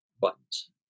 buttons